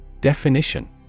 Definition